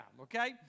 okay